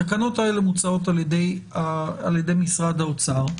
התקנות האלה המוצעות על-ידי משרד האוצר,